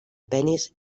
penis